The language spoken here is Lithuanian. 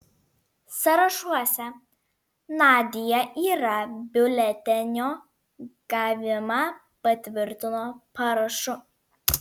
sąrašuose nadia yra biuletenio gavimą patvirtino parašu